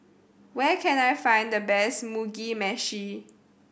where can I find the best Mugi Meshi